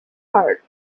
heart